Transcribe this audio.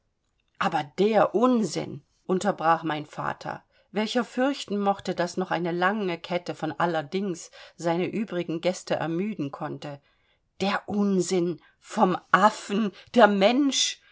aber der unsinn unterbrach mein vater welcher fürchten mochte daß noch eine lange kette von allerdings seine übrigen gäste ermüden konnte der unsinn vom affen der mensch